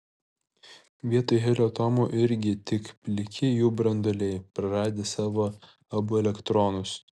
vietoj helio atomų irgi tik pliki jų branduoliai praradę savo abu elektronus